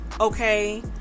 Okay